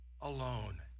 alone